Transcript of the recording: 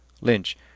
Lynch